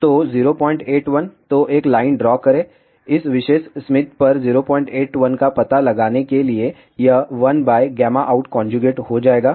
तो081 तो एक line draw करें इस विशेष स्मिथ पर 081 का पता लगाने के लिए यह 1out हो जाएगा